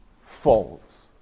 folds